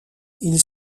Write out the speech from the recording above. ils